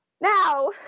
now